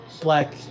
black